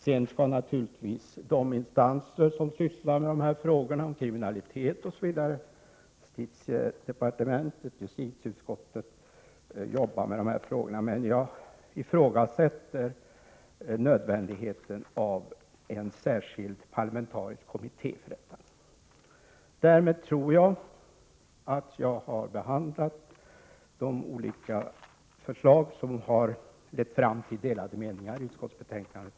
Sedan skall naturligtvis de instanser som sysslar med dessa frågor — kriminalitet osv. —, justitiedepartementet och justitieutskottet, arbeta med dem. Jag ifrågasätter nödvändigheten av en särskild parlamentarisk kommitté. Därmed anser jag att jag har behandlat de olika förslag som lett fram till de delade meningar som uttrycks i utskottsbetänkandet.